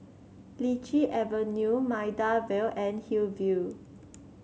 Lichi Avenue Maida Vale and Hillview